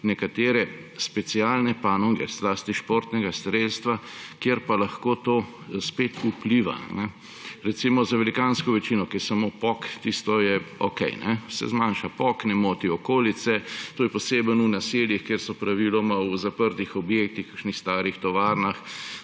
nekatere specialne panoge, zlasti športnega strelstva, kjer pa lahko to spet vpliva. Za velikansko večino, ko je samo pok, tisto je okej. Se zmanjša pok, ne moti okolice. To je posebej v naseljih, kjer praviloma v zaprtih objektih, v kakšnih starih tovarnah,